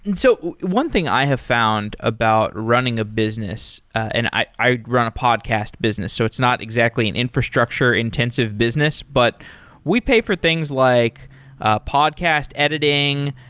and so one thing i have found about running a business, and i run a podcast business. so it's not exactly an infrastructure-intensive business, but we pay for things like ah podcast editing,